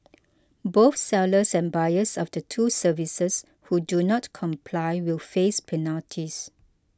both sellers and buyers of the two services who do not comply will face penalties